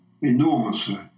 enormously